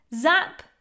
Zap